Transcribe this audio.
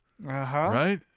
right